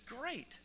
great